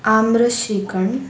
आम्रशिखण